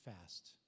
fast